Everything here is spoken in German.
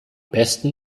besten